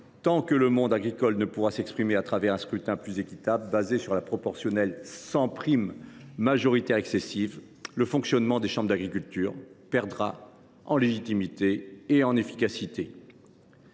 tant que le monde agricole ne pourra s’exprimer à travers un scrutin plus équitable, fondé sur la proportionnelle sans prime majoritaire excessive, le fonctionnement des chambres d’agriculture perdra en légitimité et en efficacité.